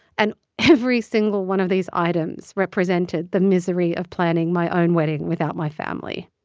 and every single one of these items represented the misery of planning my own wedding without my family.